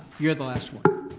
you're the last one.